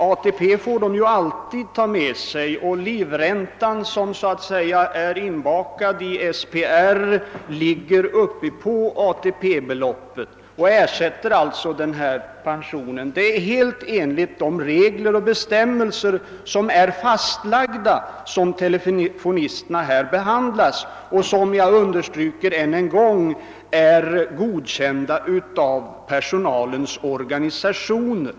ATP får de ju alltid, och livräntan som så att säga är inbakad i SPR ligger ovanpå ATP beloppet. Telefonisterna behandlas helt enligt fastställda bestämmelser, och jag understryker ännu en gång att bestämmelserna är godkända av personalens organisationer.